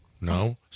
No